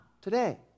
today